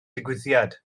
digwyddiad